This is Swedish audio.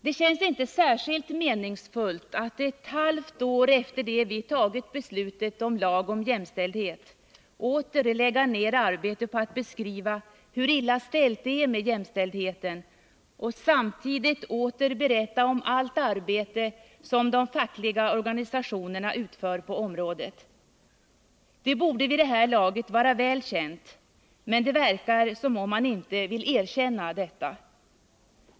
Det känns inte s kilt meningsfullt att ett halvt år efter det att vi fattat tälldhet åter lägga ner arbete på att beskriva hur illa ställt det är med jämställdheten och samtidigt åter berätta om allt arbete som de fackliga organisationerna utför på området. Det borde vid det här laget vara väl känt, men det verkar som om man inte vill erkänna detta.